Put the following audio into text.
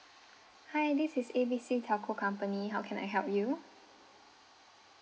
hi this is A B C telco company how can I help you